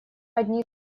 одни